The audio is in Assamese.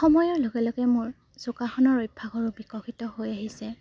সময়ৰ লগে লগে মোৰ যোগাসনৰ অভ্যাসৰো বিকশিত হৈ আহিছে